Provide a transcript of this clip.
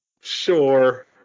Sure